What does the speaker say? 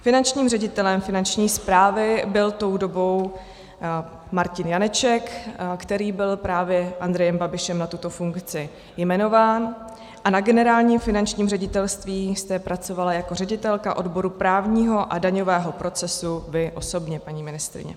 Finančním ředitelem Finanční správy byl tou dobou Martin Janeček, který byl právě Andrejem Babišem na tuto funkci jmenován, a na Generálním finančním ředitelství jste pracovala jako ředitelka odboru právního a daňového procesu vy osobně, paní ministryně.